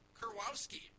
Kurwowski